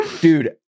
Dude